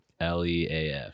Leaf